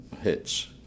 hits